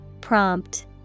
Prompt